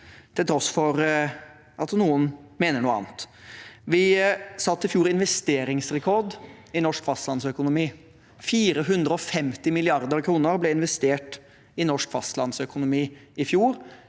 til tross for at noen mener noe annet. Vi satte i fjor investeringsrekord i norsk fastlandsøkonomi. 450 mrd. kr ble investert i norsk fastlandsøkonomi i fjor,